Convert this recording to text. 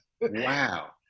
Wow